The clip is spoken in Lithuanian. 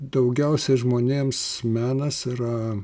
daugiausiai žmonėms menas yra